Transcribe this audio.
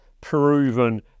proven